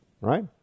Right